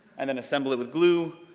and then assemble it with glue,